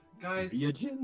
Guys